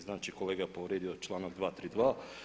Znači kolega je povrijedio članak 232.